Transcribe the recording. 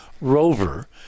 rover